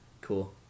Cool